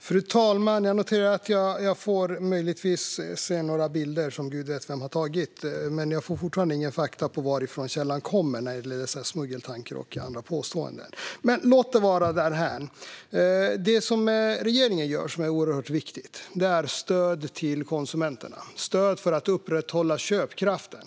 Fru talman! Jag ska möjligtvis få se några bilder som gud vet vem har tagit, men jag får fortfarande ingen fakta i fråga om varifrån källan kommer när det gäller smuggeltankar och andra påståenden. Men vi lämnar det därhän. Det regeringen gör är oerhört viktigt. Vi ger stöd åt konsumenterna för att upprätthålla köpkraften.